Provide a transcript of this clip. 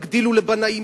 תגדילו לבנאים,